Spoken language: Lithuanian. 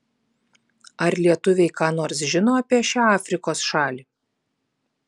ar lietuviai ką nors žino apie šią afrikos šalį